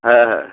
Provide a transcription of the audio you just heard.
হ্যাঁ হ্যাঁ